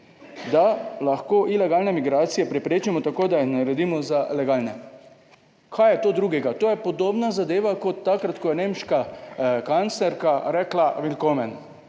da lahko ilegalne migracije preprečimo tako, da jih naredimo za legalne. Kaj je to drugega? To je podobna zadeva kot takrat, ko je nemška kanclerka rekla Wilcommen,